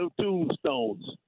tombstones